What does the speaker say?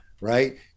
right